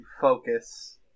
focus